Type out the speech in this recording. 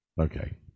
Okay